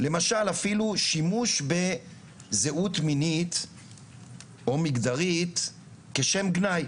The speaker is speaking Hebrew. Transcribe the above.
למשל, אפילו שימוש בזהות מינית או מגדרית כשם גנאי